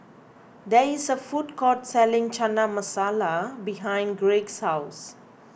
there is a food court selling Chana Masala behind Craig's house